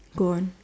go on